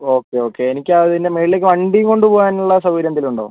okay okay എനിക്കതിൻ്റെ മേളിലേക്ക് വണ്ടിയും കൊണ്ട് പോകാനുള്ള സൗകര്യമെന്തെങ്കിലും ഉണ്ടോ